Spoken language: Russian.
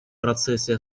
процессе